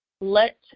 Let